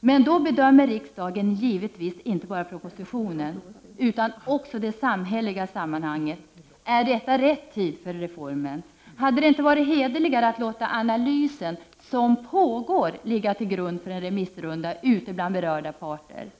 fram. Då bedömer riksdagen givetvis inte bara propositionen utan också det samhälleliga sammanhanget. Är det rätt tid för reformen? Hade det inte varit hederligare att låta analysen — som pågår — ligga till grund för en remissrunda bland berörda parter?